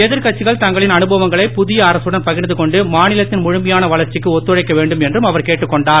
எதிர்க்கட்சிகள் தங்களின் அனுபவங்களை புதிய அரகடன் பகிர்ந்து கொண்டு மாநிலத்தின் முழுமையான வளர்ச்சிக்கு ஒத்துழைக்க வேண்டும் என்றும் அவர் கேட்டுக் கொண்டார்